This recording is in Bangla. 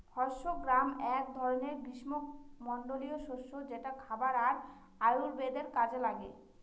হর্স গ্রাম এক ধরনের গ্রীস্মমন্ডলীয় শস্য যেটা খাবার আর আয়ুর্বেদের কাজে লাগে